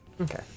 Okay